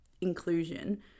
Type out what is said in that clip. inclusion